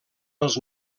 els